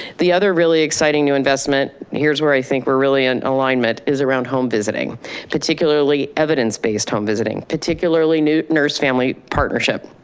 the other really exciting new investment here's where i think we're really in alignment is around home visiting particularly evidence based home visiting particularly nurse family partnership.